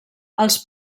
els